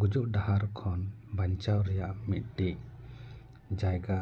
ᱜᱩᱡᱩᱜ ᱰᱟᱦᱟᱨ ᱠᱷᱚᱱ ᱵᱟᱧᱪᱟᱣ ᱨᱮᱭᱟᱜ ᱢᱤᱫᱴᱤᱡ ᱡᱟᱭᱜᱟ